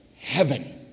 heaven